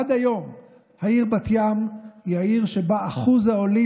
עד היום העיר בת ים היא העיר שבה אחוז העולים